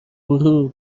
غرور